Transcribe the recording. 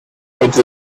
with